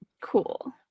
Cool